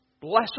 Bless